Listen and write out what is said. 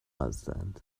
هستند